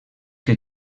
que